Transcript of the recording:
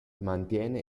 mantiene